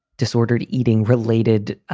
disordered eating related